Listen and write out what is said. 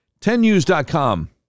10news.com